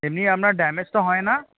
এমনি আপনার ড্যামেজ তো হয় না